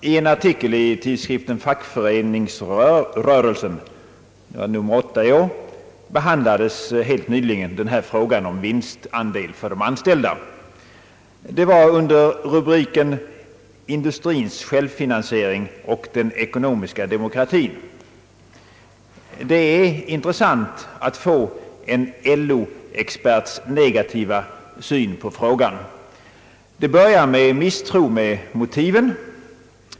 I en artikel i tidskriften Fackföreningsrörelsen, nr 8 i år, behandlades helt nyligen denna fråga om vinstandel för de anställda. Det var under rubriken »Industrins självfinansiering och den ekonomiska demokratin». Det är intressant att få en LO-experts negativa syn på frågan. Det börjar med misstro mot motiven.